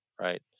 right